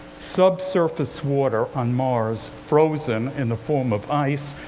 sub-surface water on mars, frozen in the form of ice.